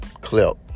clip